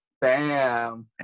Bam